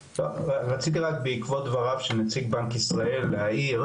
רציתי רק בעקבות דבריו של נציג בנק ישראל להעיר,